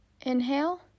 Inhale